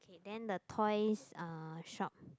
okay then the toys uh shop